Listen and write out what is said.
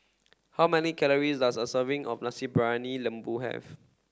how many calories does a serving of Nasi Briyani Lembu have